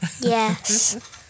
Yes